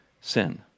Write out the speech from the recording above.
sin